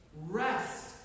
Rest